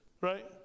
right